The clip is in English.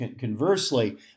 conversely